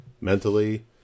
Mentally